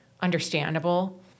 understandable